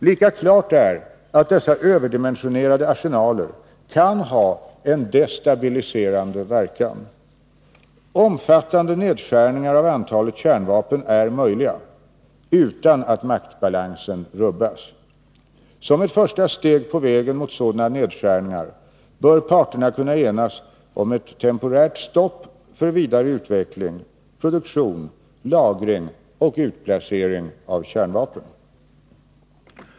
Lika klart är att dessa överdimensionerade arsenaler kan ha en destabiliserande verkan. Omfattande nedskärningar av antalet kärnvapen är möjliga utan att maktbalansen rubbas. Som ett första steg på vägen mot sådana nedskärningar bör parterna kunna enas om ett temporärt stopp för vidare utveckling, produktion, lagring och utplacering av kärnvapen.